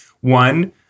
One